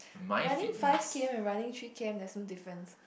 running five k_m and running three k_m there's no difference